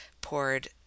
poured